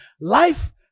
life